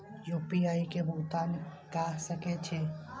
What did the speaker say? UPI से भुगतान क सके छी?